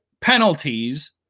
penalties